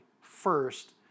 first